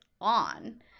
on